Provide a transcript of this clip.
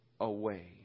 away